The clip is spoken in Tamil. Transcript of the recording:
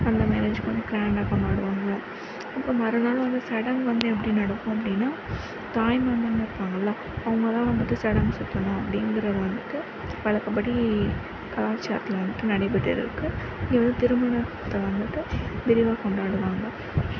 அந்த மேரேஜ் கொஞ்சம் கிராண்டாக பண்ணுவாங்க ரொம்ப அப்புறம் மறுநாள் வந்து சடங்கு வந்து எப்படி நடக்கும் அப்படின்னா தாய்மாமன்னு இருப்பாங்கல்ல அவங்க தான் வந்துட்டு சடங்கு சுற்றணும் அப்படிங்கிறது வந்துட்டு வழக்கப்படி கலாச்சாரத்தில் வந்துட்டு நடைபெற்றுட்டிருக்கு இங்கே வந்து திருமணத்தை வந்துட்டு விரிவாக கொண்டாடுவாங்க